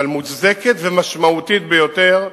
אבל מוצדקת ומשמעותית ביותר,